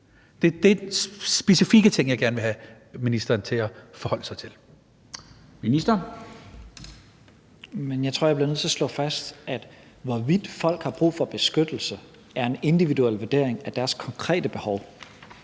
13:36 Udlændinge- og integrationsministeren (Mattias Tesfaye): Men jeg tror, at jeg bliver nødt til at slå fast, at hvorvidt folk har brug for beskyttelse, er en individuel vurdering af deres konkrete behov.